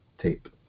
tape